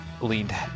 leaned